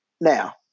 Now